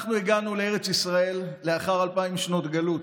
אנחנו הגענו לארץ ישראל לאחר אלפיים שנות גלות,